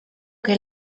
que